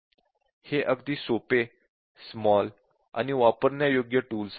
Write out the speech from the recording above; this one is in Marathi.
हे अगदी सोपे स्मॉल आणि वापरण्यायोग्य टूल्स आहेत